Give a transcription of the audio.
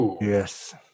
Yes